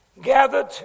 gathered